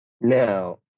Now